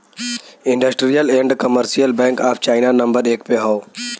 industrial and commercial bank of China number एक पे हौ